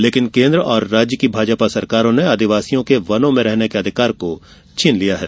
लेकिन केन्द्र और राज्य की भाजपा सरकारों ने आदिवासियों के वनों में रहने के अधिकार को छीन लिया है